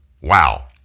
Wow